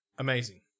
Amazing